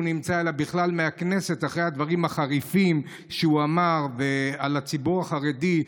נמצא בו אלא בכלל מהכנסת אחרי הדברים החריפים שהוא אמר על הציבור החרדי,